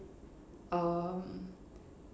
um